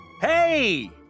Hey